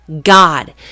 God